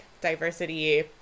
diversity